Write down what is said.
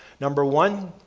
number one,